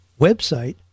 website